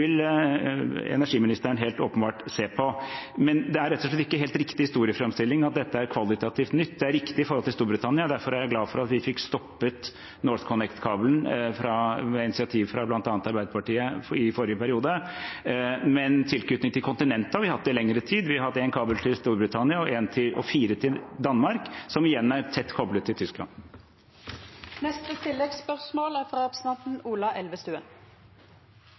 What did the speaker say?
er rett og slett ikke helt riktig historieframstilling at dette er kvalitativt nytt. Det er riktig når det gjelder Storbritannia. Derfor er jeg glad for at vi fikk stoppet NorthConnect-kabelen – etter initiativ fra bl.a. Arbeiderpartiet i forrige periode – men tilknytning til kontinentet har vi hatt i lengre tid. Vi har hatt en kabel til Storbritannia og fire til Danmark, som igjen er tett koblet til Tyskland.